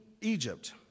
Egypt